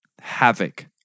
Havoc